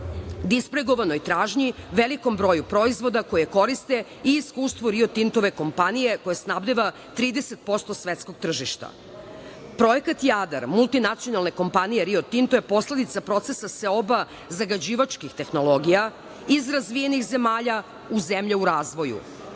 dispregovanoj tražnji, velikom broju proizvoda koje koriste i iskustvu „Rio Tintove“ kompanije, koja snabdeva 30% svetskog tržišta. Projekat „Jadar“ multinacionalne kompanije „Rio Tinto“ je posledica procesa seoba zagađivačkih tehnologija iz razvijenih zemalja u zemlje u razvoju.